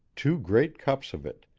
two great cups of it,